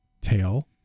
tail